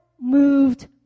moved